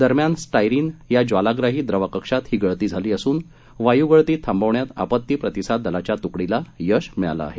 दरम्यान स्टायरिन या ज्वालाप्राही द्रवकक्षात हीं गळती झाली असून वायू गळती थांबवण्यात आपत्ती प्रतिसाद दलाच्या तुकडीला यश मिळालं आहे